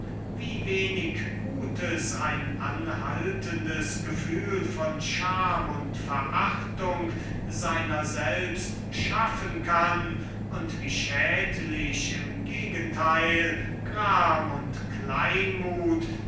wie wenig gutes ein anhaltendes gefühl von scham und verachtung seiner selbst würken kann und wie nachteilig im gegenteil gram und